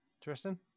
Tristan